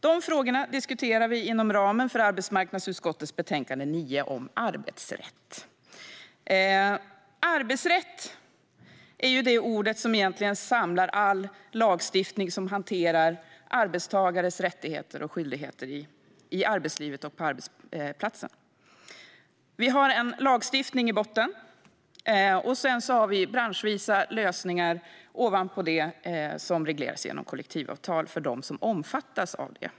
Dessa frågor diskuterar vi inom ramen för arbetsmarknadsutskottets betänkande AU9 om arbetsrätt. Arbetsrätt är det ord som samlar all lagstiftning som hanterar arbetares säkerheter och skyldigheter i arbetslivet och på arbetsplatsen. Vi har en lagstiftning i botten, och sedan har vi branschvisa lösningar ovanpå detta, som regleras av kollektivavtal för dem omfattas av sådana.